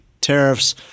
tariffs